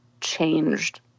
changed